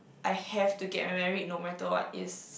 I have to get married no matter what is